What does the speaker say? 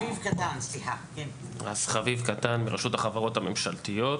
אני מרשות החברות הממשלתיות.